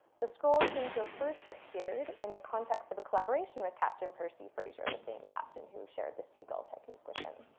the scrolls seem to have first appeared in a context of a collaboration with captain percy fraser, the same captain who shared the seagull technique with him.